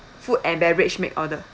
food and beverage make order correct